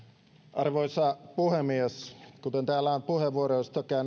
arvoisa puhemies kuten täällä on puheenvuoroista käynyt